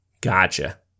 Gotcha